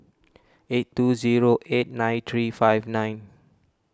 eight two zero eight nine three five nine